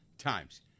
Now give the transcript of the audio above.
times